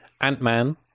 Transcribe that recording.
Ant-Man